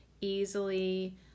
easily